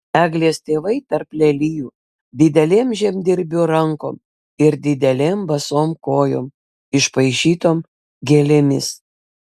eglės tėvai tarp lelijų didelėm žemdirbių rankom ir didelėm basom kojom išpaišytom gėlėmis